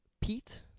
Pete